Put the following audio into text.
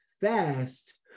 fast